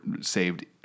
saved